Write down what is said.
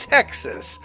Texas